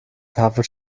tafel